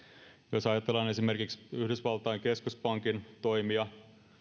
jos ajatellaan esimerkiksi yhdysvaltain keskuspankin toimia